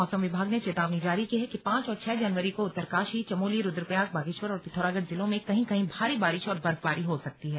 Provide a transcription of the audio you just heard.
मौसम विभाग ने चेतावनी जारी की है कि पांच और छह जनवरी को उत्तरकाशी चमोली रुद्रप्रयाग बागेश्वर और पिथौरागढ़ जिलों में कहीं कहीं भारी बारिश और बर्फबारी हो सकती है